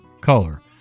Color